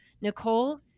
Nicole